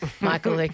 Michael